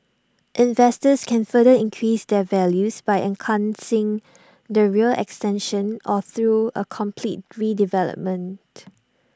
investors can further increase their values by enhancing the rear extension or through A complete redevelopment